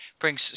brings